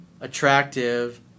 attractive